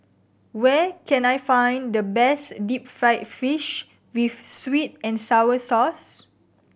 where can I find the best deep fried fish with sweet and sour sauce